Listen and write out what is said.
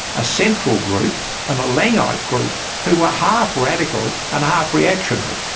a central group and a lang-ite group who were half-radical and half-reactionary.